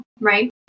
Right